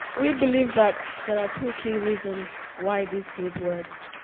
we believe that there are two key reasons why this group works.